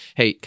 Hey